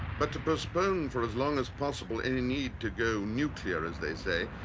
but to postpone for as long as possible any need to go nuclear as they say,